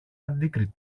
αντίκρυ